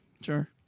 Sure